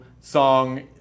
song